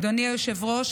אדוני היושב-ראש.